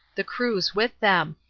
the crews with them.